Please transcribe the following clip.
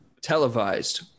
televised